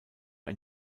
ein